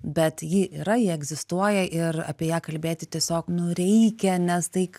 bet ji yra ji egzistuoja ir apie ją kalbėti tiesiog nu reikia nes tai